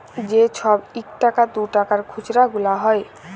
যে ছব ইকটাকা দুটাকার খুচরা গুলা হ্যয়